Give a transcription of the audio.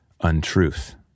untruth